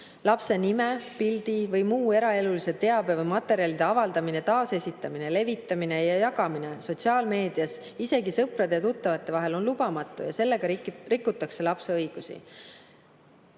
Lapse nime, pildi või muu eraelulise teabe või materjalide avaldamine, taasesitamine, levitamine ja jagamine sotsiaalmeedias, isegi sõprade ja tuttavate vahel, on lubamatu ja sellega rikutakse lapse õigusi.